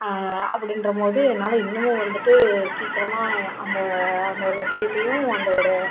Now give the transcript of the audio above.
அப்டின்றபோது என்னால் இன்னமும் வந்துட்டு சீக்கிரமாக அந்த அந்த லட்சியத்தையும் அதோட